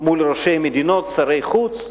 מול ראשי מדינות, שרי חוץ?